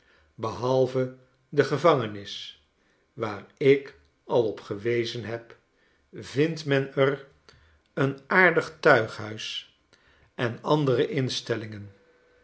behalve de gevangenis waar ik al op gewezen heb vindt men er een aardig tuighuis en andere instellingen